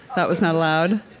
that was not allowed.